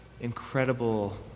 incredible